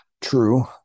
true